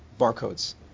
barcodes